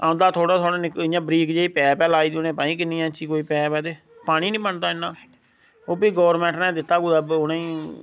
आंदा थोह्ड़ा थोह्ड़ा इयां बरीक जी पैप ऐ लाई दी उनें पता नी किन्नी इंची कोई पैप ऐ ते पानी नी बनदा इन्ना ओह्बी गौरमैंट ने दित्ता कुतै उनेंगी